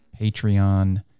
Patreon